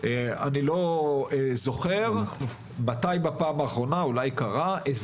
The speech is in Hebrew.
מתי קרה בפעם האחרונה,